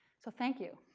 so thank you.